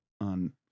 on